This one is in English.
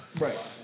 Right